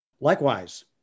Likewise